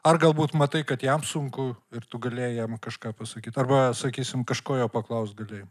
ar galbūt matai kad jam sunku ir tu galėjai jam kažką pasakyt arba sakysim kažko jo paklaust galėjai